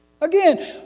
Again